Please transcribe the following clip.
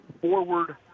forward